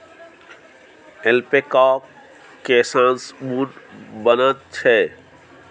ऐल्पैकाक केससँ ऊन बनैत छै